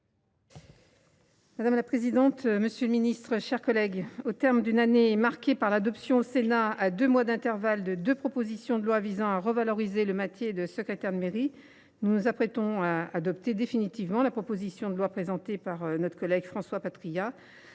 Madame la présidente, monsieur le ministre, mes chers collègues, au terme d’une année marquée par l’adoption au Sénat, à deux mois d’intervalle, de deux propositions de loi visant à revaloriser le métier de secrétaire de mairie, nous nous apprêtons à adopter définitivement la proposition de loi présentée par François Patriat